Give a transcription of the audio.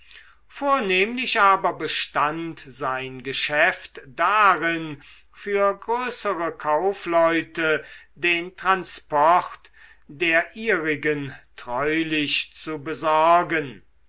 vornehmlich aber bestand sein geschäft darin für größere kaufleute den transport der ihrigen treulich zu besorgen